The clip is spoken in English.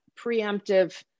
preemptive